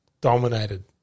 dominated